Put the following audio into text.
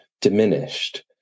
diminished